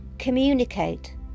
communicate